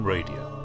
Radio